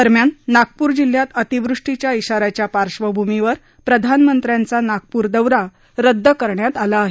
दरम्यान नागपूर जिल्ह्यात अतिवृष्टीच्या आ याच्या पार्श्वभूमीवर प्रधानमंत्र्यांचा नागपूर दौरा रद्द करण्यात आला आहे